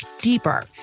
deeper